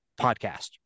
podcast